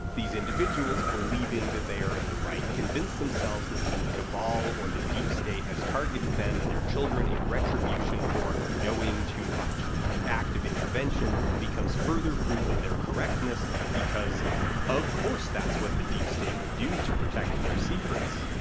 these individuals, believing that they are in the right, convince themselves that the cabal or the deep state has targeted them and their children in retribution for knowing too much, the act of intervention becomes further proof of their correctness because of course that's what the deep state would do to protect their secrets.